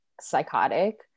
psychotic